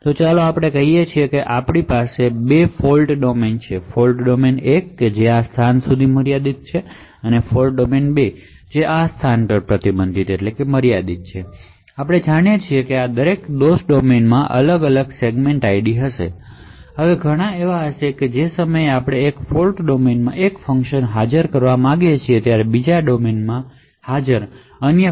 તો ચાલો આપણે કહી શકીએ કે આપણી પાસે બે ફોલ્ટ ડોમેન છે ફોલ્ટ ડોમેન 1 જે આ સ્થાનો સુધી મર્યાદિત છે અને ફોલ્ટ ડોમેન 2 જે આ સ્થાનો પર મર્યાદિત છે અને આપણે જાણીએ છીએ કે આ દરેક ફોલ્ટ ડોમેનમાં અલગ અલગ સેગમેન્ટ ID હશે હવે ઘણી વખત આપણે એક ફોલ્ટ ડોમેનમાં હાજર એક ફંક્શન બીજા ફોલ્ટ ડોમેનમાં હાજર અન્ય ફંક્શન ને કોલ કરવા માગે છે